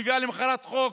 מביאה למוחרת חוק.